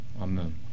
Amen